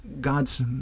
God's